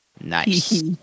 Nice